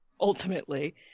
ultimately